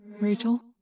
Rachel